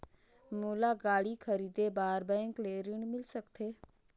मोला गाड़ी खरीदे बार बैंक ले ऋण मिल सकथे?